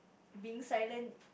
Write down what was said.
being silent